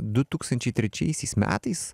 du tūkstančiai trečiaisiais metais